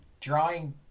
drawing